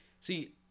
See